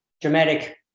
dramatic